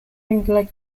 neighbouring